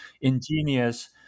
ingenious